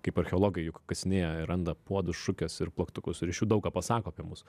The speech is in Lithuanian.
kaip archeologai juk kasinėja randa puodų šukes ir plaktukus ryšių daug ką pasako apie mus